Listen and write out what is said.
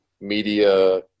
media